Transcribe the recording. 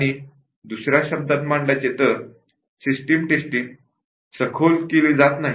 किंवा दुसर्या शब्दांत मांडायचे तर सिस्टम टेस्टिंग सखोल का केली जात नाही